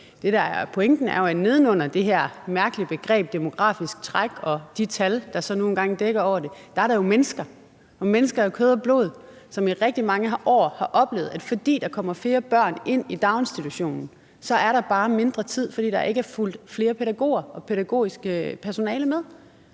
neden under det her mærkelige begreb om et demografisk træk og de tal, der dækker over det, er der jo mennesker af kød og blod, som i rigtig mange år har oplevet, at fordi der kommer flere børn i daginstitutionen, er der bare mindre tid til rådighed, fordi der ikke er fulgt flere pædagoger og mere pædagogisk personale med.